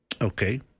Okay